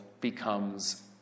becomes